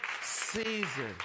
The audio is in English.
season